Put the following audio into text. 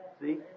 See